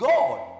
God